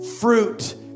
fruit